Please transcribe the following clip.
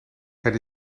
het